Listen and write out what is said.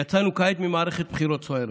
יצאנו כעת ממערכת בחירות סוערת,